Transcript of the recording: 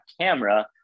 camera